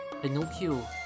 Pinocchio